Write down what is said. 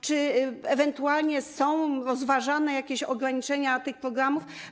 Czy ewentualnie są rozważane jakieś ograniczenia tych programów?